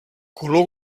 color